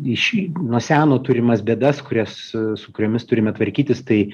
iš nuo seno turimas bėdas kurias su kuriomis turime tvarkytis tai